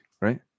right